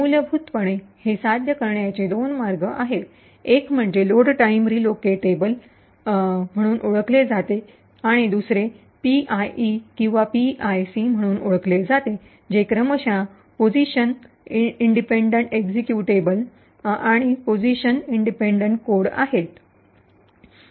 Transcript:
मूलभूतपणे हे साध्य करण्याचे दोन मार्ग आहेत एक म्हणजे लोड टाइम रीलोकिएटेबल म्हणून ओळखले जाते आणि दुसरे पीआयई किंवा पीआयसी म्हणून ओळखले जाते जे क्रमशः पोझिशन इंडिपेंडेंट एक्झिक्युटेबल आणि पोझिशन इंडिपेंडेंट कोड आहे